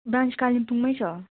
branch कालेम्पोङमै छ